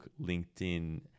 LinkedIn